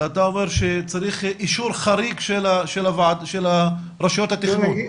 אתה אומר שצריך אישור חריג של הרשויות התכנון.